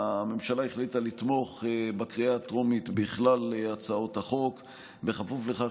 הממשלה החליטה לתמוך בקריאה הטרומית בכלל הצעות החוק בכפוף לכך